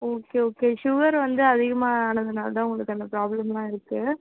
okay okay sugar வந்து அதிகமானதுனால தான் உங்களுக்கு அந்த ப்ராப்ளம்லாம் இருக்கு